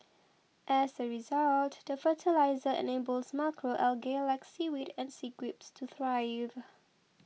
as a result the fertiliser enables macro algae like seaweed and sea grapes to thrive